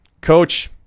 Coach